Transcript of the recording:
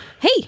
Hey